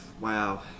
Wow